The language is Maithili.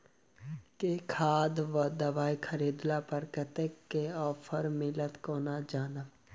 केँ खाद वा दवाई खरीदला पर कतेक केँ ऑफर मिलत केना जानब?